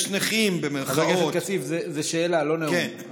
יש "נכים" חבר הכנסת כסיף, זו שאלה, לא נאום.